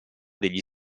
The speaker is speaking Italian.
degli